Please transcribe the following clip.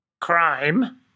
Crime